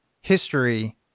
history